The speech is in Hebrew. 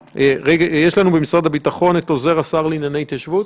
יש לנו ממשרד הביטחון את עוזר השר לענייני התיישבות?